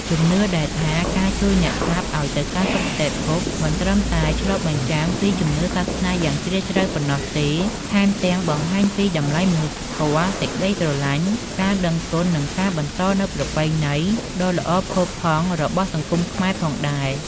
ជំនឿដែលថាការជួយអ្នកស្លាប់ឲ្យទៅកាន់សុគតិភព មិនត្រឹមតែឆ្លុះបញ្ចាំងពីជំនឿសាសនាយ៉ាងជ្រាលជ្រៅប៉ុណ្ណោះទេ ថែមទាំងបង្ហាញពីតម្លៃមនុស្សធម៌ សេចក្តីស្រឡាញ់ ការដឹងគុណ និងការបន្តនូវប្រពៃណី ដ៏ល្អផូរផង់របស់សង្គមខ្មែរផងដែរ។